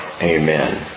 Amen